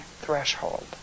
threshold